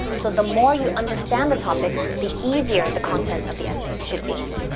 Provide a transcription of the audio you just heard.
so the more you understand the topic, the easier the content of the essay should be.